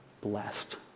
blessed